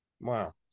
Wow